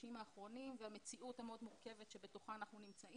החודשים האחרונים והמציאות המאוד מורכבת בתוכה אנחנו נמצאים,